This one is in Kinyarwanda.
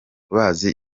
bazi